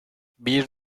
bir